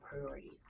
priorities